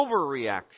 overreaction